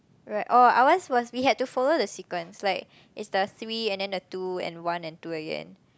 we like orh ours was we had to follow the sequence like it's the three and then the two and one and two again